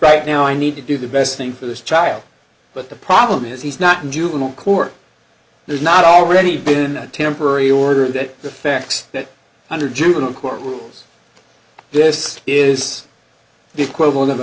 right now i need to do the best thing for this child but the problem is he's not in juvenile court there's not already been a temporary order that the facts that under juvenile court rules this is the equivalent of a